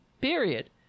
period